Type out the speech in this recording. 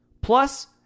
Plus